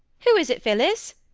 who is it, phillis?